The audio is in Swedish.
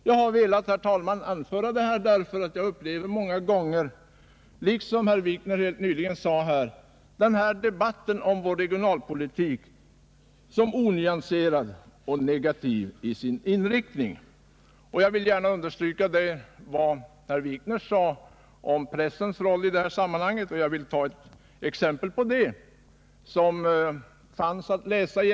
Jag har, herr talman, velat anföra detta eftersom jag — på samma sätt som herr Wikner förklarade sig göra — upplever vår regionalpolitiska debatt som onyanserad och negativ i sin inriktning. Jag vill understryka vad herr Wikner sade om pressens roll i detta sammanhang, och jag skall också anföra ett exempel.